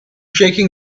shaking